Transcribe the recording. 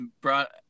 brought